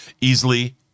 easily